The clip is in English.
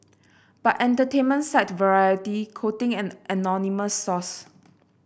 but entertainment site variety quoting an anonymous source